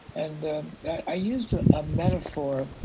and i used a ah metaphor,